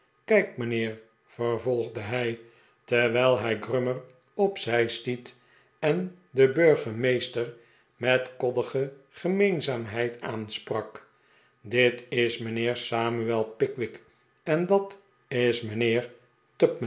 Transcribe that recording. kijk mijnheer vervolgde hij terwijl hij grummer op zij stiet en den burgemeester met koddige gemeenzaamheid aansprak dit is mijnheer samuel pickwick en dat is mijnheer